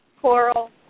coral